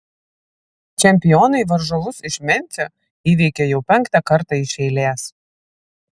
čempionai varžovus iš memfio įveikė jau penktą kartą iš eilės